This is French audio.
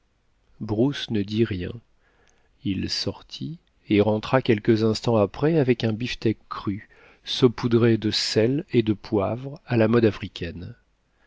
bruce ne dit rien il sortit et rentra quelques instants après avec un beefsteack cru saupoudré de sel et de poivre à là mode africaine